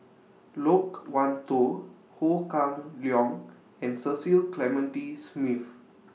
Loke Wan Tho Ho Kah Leong and Cecil Clementi Smith